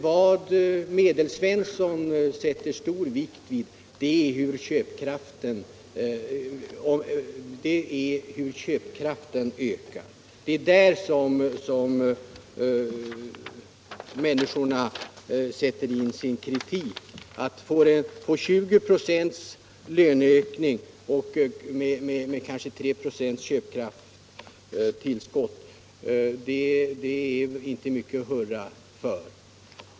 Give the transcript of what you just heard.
Vad Medelsvensson fäster största vikten vid är hur och i vilken mån köpkraften ökar. Att exempelvis få 20 96 löneökning, som resulterar i 3 9 köpkraftstillskott, är inte mycket att hurra för.